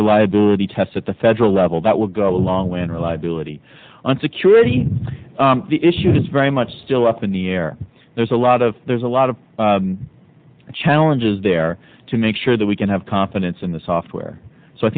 reliability tests at the federal level that will go a long way in reliability on security issues is very much still up in the air there's a lot of there's a lot of challenges there to make sure that we can have confidence in the software so i